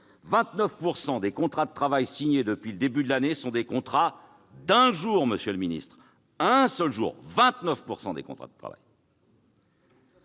29 % des contrats de travail signés depuis le début de l'année sont des contrats d'un jour, monsieur le ministre- un seul jour ! Pour faire